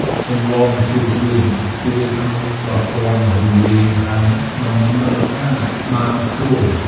សម្លម្ជូរគ្រឿង ជួយឱ្យប្រព័ន្ធរំលាយអាហារដំណើរការបានស្រួល។